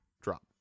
Drop